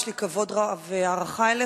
יש לי כבוד רב והערכה אליך.